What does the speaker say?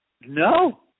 no